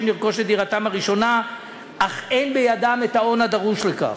לרכוש את דירתם הראשונה אך אין בידם ההון הדרוש לכך.